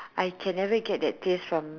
I can never get that taste from